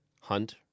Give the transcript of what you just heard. Hunt